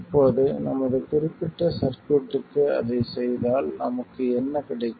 இப்போது நமது குறிப்பிட்ட சர்க்யூட்க்கு அதைச் செய்தால் நமக்கு என்ன கிடைக்கும்